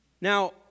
Now